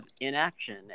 inaction